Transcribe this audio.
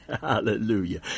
Hallelujah